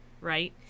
Right